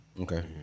Okay